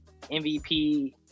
MVP